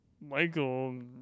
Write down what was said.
Michael